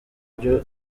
byo